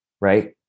right